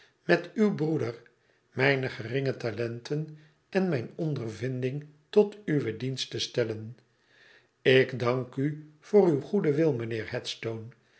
met uw broeder mijne germge talenten en mijne ondervinding tot uw dienst te stellen ik dank u voor uw goeden wil mijnheer